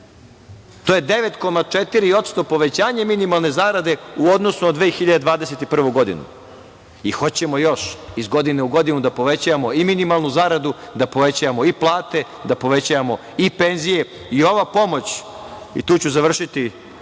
To je 9,4% povećanje minimalne zarade u odnosu na 2021. godinu. I hoćemo još iz godine u godinu da povećavamo i minimalnu zaradu, da povećavamo i plate, da povećavamo i penzije. Ova pomoć, i tu ću završiti